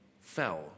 fell